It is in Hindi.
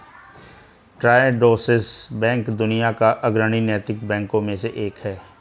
ट्रायोडोस बैंक दुनिया के अग्रणी नैतिक बैंकों में से एक है